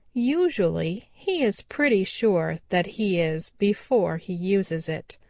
usually he is pretty sure that he is before he uses it.